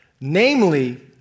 Namely